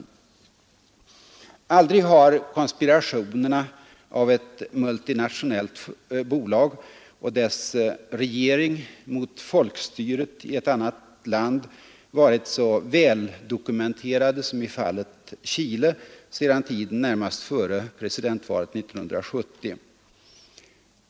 Aldrig har konspirationerna av ett multinationellt bolag och dess regering mot folkstyret i ett annat land varit så väldokumenterade som i fallet Chile sedan tiden närmast före presidentvalet 1970.